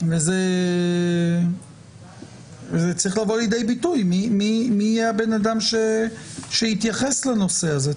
וזה צריך לבוא לידי ביטוי מי הבן אדם שיתייחס לנושא הזה.